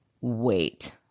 Wait